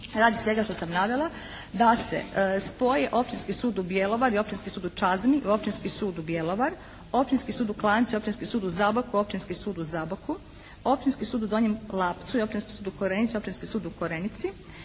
radi svega što sam navela da se spoji Općinski sud u Bjelovaru i Općinski sud u Čazmi u Općinski sud Bjelovar, Općinski sud u Klanjcu i Općinski sud u Zaboku u Općinski sud u Zaboku, Općinski sud u Donjem Lapcu i Općinski sud u Korenici u Općinski sud u Korenici,